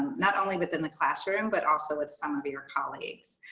not only within the classroom but also with some of your colleagues.